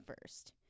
first